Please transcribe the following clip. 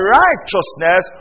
righteousness